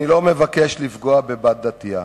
אני לא מבקש לפגוע בבת דתייה,